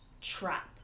trap